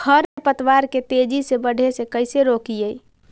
खर पतवार के तेजी से बढ़े से कैसे रोकिअइ?